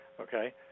okay